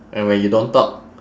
and when you don't talk